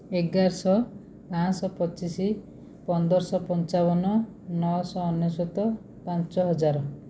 ଏଗାରଶହ ପାଞ୍ଚଶହ ପଚିଶ ପନ୍ଦରଶହ ପଞ୍ଚାବନ ନଅଶହ ଅନେଶୋତ ପାଞ୍ଚ ହଜାର